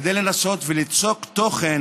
כדי לנסות ליצוק תוכן